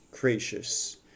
gracious